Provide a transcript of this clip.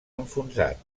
enfonsat